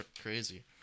crazy